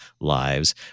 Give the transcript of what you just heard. lives